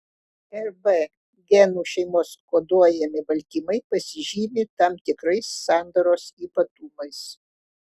rb genų šeimos koduojami baltymai pasižymi tam tikrais sandaros ypatumais